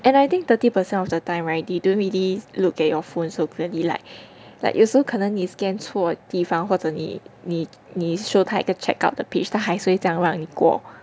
and I think thirty percent of the time right they don't really look at your phone so clearly like like 有时候你可能会 scan 错地方或者你你你 show 他一个 check out 的 place 他还是会这样让你过